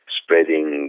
spreading